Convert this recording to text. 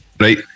right